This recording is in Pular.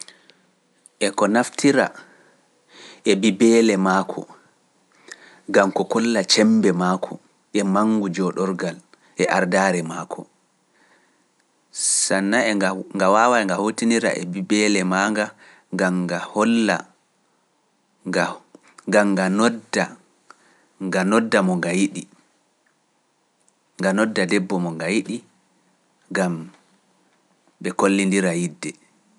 E ko naftira e bibeele maako, gam ko kolla cembe maako, e manngu jooɗorgal, e ardaare maako, sannan nga waawai nga hootinira e bibeele maa nga, gam nga holla, gam nga nodda, nga nodda mo nga yiɗi, nga nodda debbo mo nga yiɗi, gam ɓe kollindira yidde.